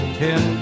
ten